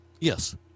yes